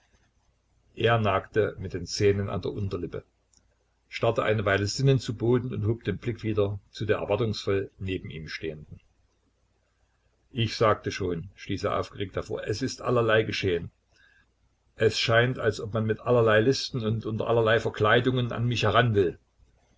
er nagte mit den zähnen an der unterlippe starrte eine weile sinnend zu boden und hob den blick wieder zu der erwartungsvoll neben ihm stehenden ich sagte schon stieß er aufgeregt hervor es ist allerlei geschehen es scheint als ob man mit allerlei listen und unter allerlei verkleidungen an mich heran will